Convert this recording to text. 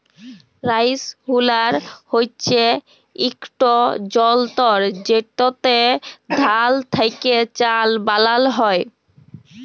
rice huller হছে ইকট যল্তর যেটতে ধাল থ্যাকে চাল বালাল হ্যয়